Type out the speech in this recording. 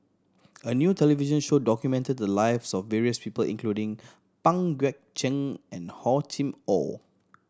a new television show documented the lives of various people including Pang Guek Cheng and Hor Chim Or